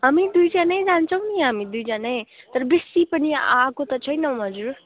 हामी दुईजनै जान्छौँ नि हामी दुइजनै तर बेसी पनि आएको त छैन मजुर